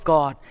God